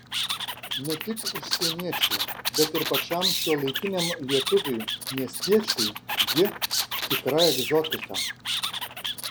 ne tik užsieniečiui bet ir pačiam šiuolaikiniam lietuviui miestiečiui ji tikra egzotika